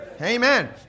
Amen